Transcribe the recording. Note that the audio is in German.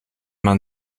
man